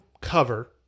cover